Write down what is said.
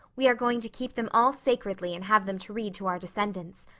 we are going to keep them all sacredly and have them to read to our descendants.